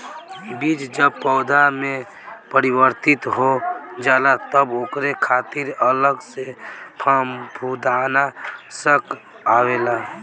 बीज जब पौधा में परिवर्तित हो जाला तब ओकरे खातिर अलग से फंफूदनाशक आवेला